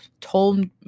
told